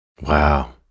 Wow